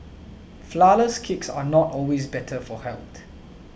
Flourless Cakes are not always better for health